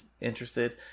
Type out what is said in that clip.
interested